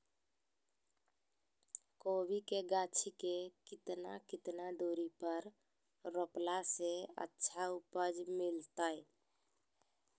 कोबी के गाछी के कितना कितना दूरी पर रोपला से अच्छा उपज मिलतैय?